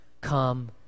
come